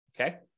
okay